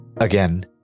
Again